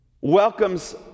welcomes